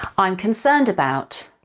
i'm concerned about,